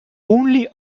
only